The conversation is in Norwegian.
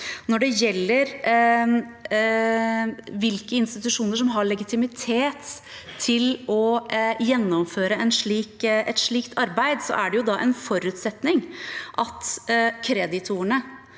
Når det gjelder hvilke institusjoner som har legitimitet til å gjennomføre et slikt arbeid, er det en forutsetning at kreditorene